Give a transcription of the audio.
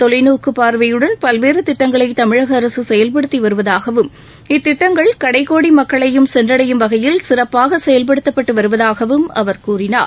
தொலைநோக்கு பார்வையுடன் பல்வேறு திட்டங்களை தமிழக அரசு செயல்படுத்தி வருவதாகவும் இத்திட்டங்கள் கடைக்கோடி மக்களையும் சென்றடையும் வகையில் சிறப்பாக செயல்படுத்தப்பட்டு வருவதாகவும் அவர் கூறினார்